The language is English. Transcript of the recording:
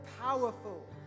powerful